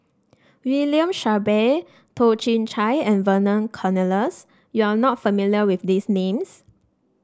William Shellabear Toh Chin Chye and Vernon Cornelius you are not familiar with these names